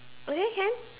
okay can